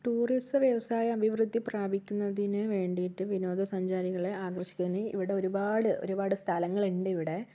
ടൂറിസവ്യവസായം അഭിവൃദ്ധി പ്രാപിക്കുന്നതിന് വേണ്ടിയിട്ട് വിനോദസഞ്ചാരികളെ ആകർഷിക്കുന്നതിന് ഇവിടെ ഒരുപാട് ഒരുപാട് സ്ഥലങ്ങളുണ്ടിവിടെ